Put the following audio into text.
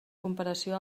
comparació